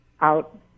out